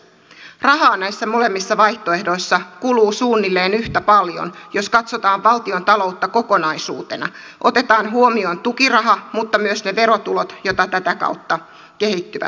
rahaa näissä molemmissa vaihtoehdoissa kuluu suunnilleen yhtä paljon jos katsotaan valtiontaloutta kokonaisuutena otetaan huomioon tukiraha mutta myös ne verotulot jotka tätä kautta kehittyvät